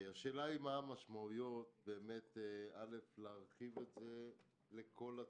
השאלה היא מה המשמעויות להרחיב את זה לכל הצפון,